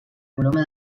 coloma